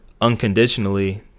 unconditionally